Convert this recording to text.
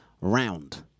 round